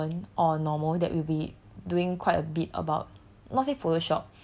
it's probably quite common or normal that we'll be doing quite a bit about